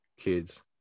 kids